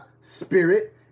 spirit